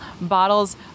bottles